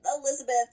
Elizabeth